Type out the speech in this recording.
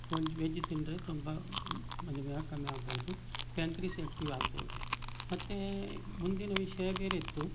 ವಜ್ veg ತಿಂದರೆ ತಂಪಾ ಮಧುಮೇಹ ಕಮ್ಮಿ ಆಗಬಹುದು ಪ್ಯಾಂಕ್ರೀಸ್ ಆಕ್ಟಿವ್ ಆಗ್ಬೋದು ಮತ್ತೆ ಮುಂದಿನ ವಿಷಯ ಬೇರೆಯಿತ್ತು